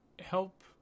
Help